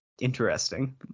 interesting